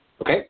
Okay